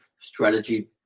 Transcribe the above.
strategy